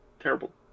Terrible